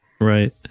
Right